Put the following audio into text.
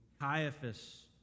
Caiaphas